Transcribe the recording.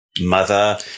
Mother